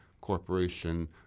corporation